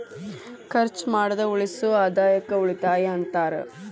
ಖರ್ಚ್ ಮಾಡ್ದ ಉಳಿಸೋ ಆದಾಯಕ್ಕ ಉಳಿತಾಯ ಅಂತಾರ